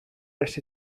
nes